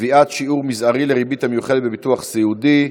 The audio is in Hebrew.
(קביעת שיעור מזערי לריבית המיוחדת בביטוח סיעודי),